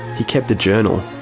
he kept a journal.